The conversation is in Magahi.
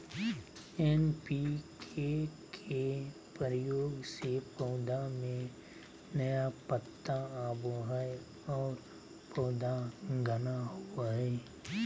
एन.पी.के के प्रयोग से पौधा में नया पत्ता आवो हइ और पौधा घना होवो हइ